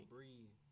Breathe